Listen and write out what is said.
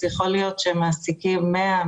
יכול להיות שהן מעסיקות 100,